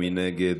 מי נגד?